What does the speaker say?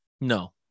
No